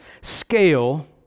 scale